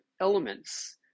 elements